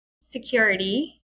security